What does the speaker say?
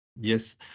Yes